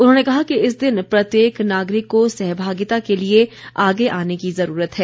उन्होंने कहा कि इस दिन प्रत्येक नागरिक को सहभागिता के लिए आगे आने की ज़रूरत है